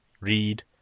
read